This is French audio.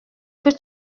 que